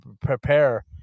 prepare